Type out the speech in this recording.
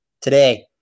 Today